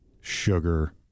sugar